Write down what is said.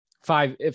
five